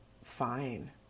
fine